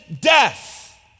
death